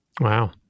Wow